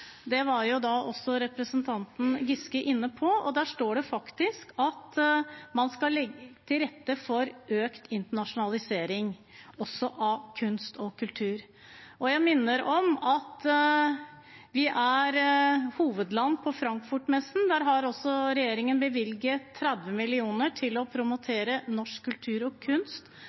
Det var også representanten Giske inne på. Der står det faktisk at man skal legge til rette for økt internasjonalisering også av kunst og kultur. Jeg minner om at vi er hovedland på Frankfurt-messen. Der har også regjeringen bevilget 30 mill. kr til å promotere norsk kultur og kunst,